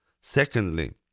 Secondly